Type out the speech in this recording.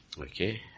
Okay